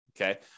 okay